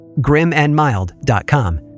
grimandmild.com